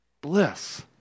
bliss